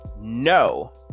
no